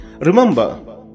Remember